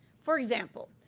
for example,